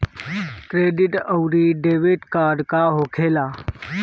Credit आउरी debit card का होखेला?